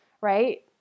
right